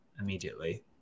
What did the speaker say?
immediately